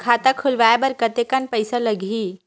खाता खुलवाय बर कतेकन पईसा लगही?